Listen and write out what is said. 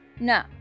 No